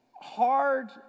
Hard